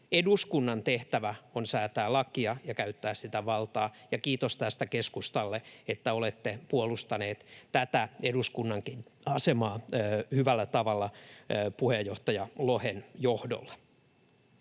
Eduskunnan tehtävä on säätää lakia ja käyttää sitä valtaa. Kiitos tästä keskustalle, että olette puolustaneet tätä eduskunnan asemaa hyvällä tavalla puheenjohtaja Lohen johdolla.